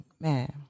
man